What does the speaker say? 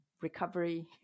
recovery